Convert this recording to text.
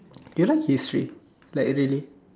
you like history like really